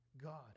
god